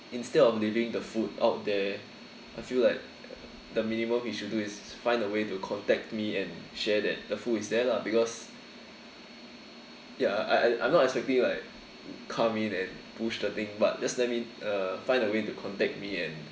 instead of leaving the food out there I feel like the minimum you should do is find a way to contact me and share that the food is there lah because ya I I'm not expecting you to like come in and push the thing but just let me uh find a way to contact me and